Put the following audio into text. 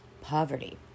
poverty